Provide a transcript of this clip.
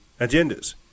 agendas